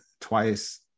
twice